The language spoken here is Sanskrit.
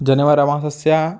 जनवर मासस्य